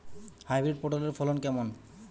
Hybrid পটলের ফলন কেমন?